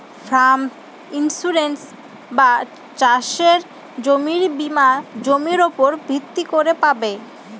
farm insurance বা চাসের জমির বীমা জমির উপর ভিত্তি করে পাবে